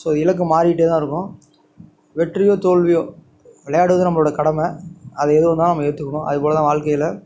so இலக்கு மாறிகிட்டே தான் இருக்கும் வெற்றியோ தோல்வியோ விளையாடுவது நம்மளோடய கடமை அது எது வந்தாலும் நம்ம ஏற்றுக்கணும் அதுப்போல தான் வாழ்க்கையில்